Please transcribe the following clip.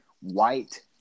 white